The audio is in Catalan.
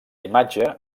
imatge